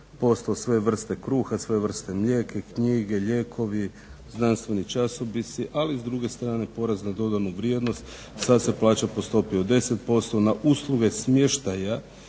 5%, sve vrste kruha, sve vrste mlijeka, knjige, lijekovi, znanstveni časopisi, ali s druge strane PDV sad se plaća po stopi od 10% na usluge smještaja